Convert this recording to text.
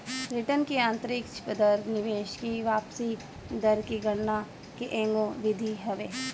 return की आतंरिक दर निवेश की वापसी दर की गणना के एगो विधि हवे